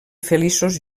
feliços